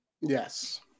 Yes